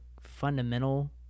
fundamental